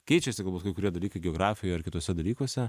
keičiasi galbūt kai kurie dalykai geografijoje ar kituose dalykuose